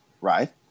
Right